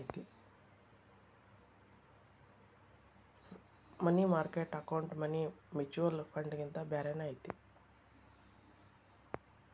ಮನಿ market account money mutual ಫಂಡ್ಗಿಂತ ಬ್ಯಾರೇನ ಐತಿ